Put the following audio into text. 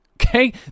Okay